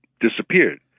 disappeared